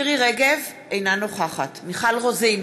בעד מירי רגב, אינה נוכחת מיכל רוזין,